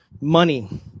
money